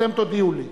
אתם תודיעו לי.